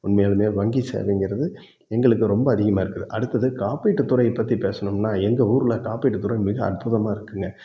உண்மையாலுமே வங்கி சேவைங்கிறது எங்களுக்கு ரொம்ப அதிகமாக இருக்குது அடுத்தது காப்பீட்டு துறையை பற்றி பேசணும்னால் எங்கள் ஊரில் காப்பீட்டு துறை மிக அற்புதமாக இருக்குதுங்க